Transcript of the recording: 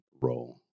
role